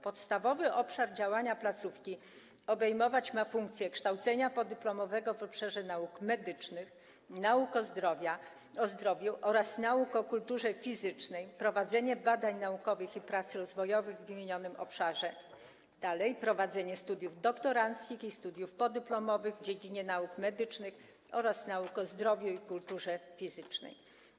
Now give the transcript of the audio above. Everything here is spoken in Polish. Podstawowy obszar działania placówki obejmować ma funkcje kształcenia podyplomowego w dziedzinie nauk medycznych, nauk o zdrowiu oraz nauk o kulturze fizycznej, prowadzenie badań naukowych i prac rozwojowych w wymienionym zakresie, prowadzenie studiów doktoranckich i studiów podyplomowych w dziedzinie nauk medycznych oraz nauk o zdrowiu i kulturze fizycznej.